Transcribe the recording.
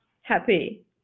happy